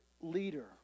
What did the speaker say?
leader